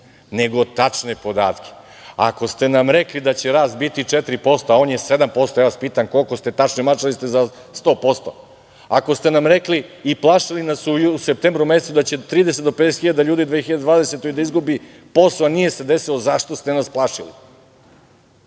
nego tačne podatke. Ako ste nam rekli da će rast biti 4% a on je 7%, ja vas pitam - koliko ste promašili? Promašili ste za 100%. Ako ste nam rekli i plašili nas u septembru mesecu da će 30 do 50 hiljada ljudi u 2020. godini da izgubi posao a nije se desilo, zašto ste nas plašili?